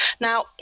Now